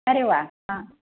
अरे वा हां